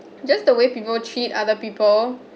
just the way people treat other people